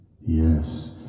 Yes